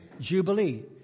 Jubilee